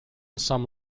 some